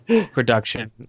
production